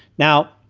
now,